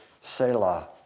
Selah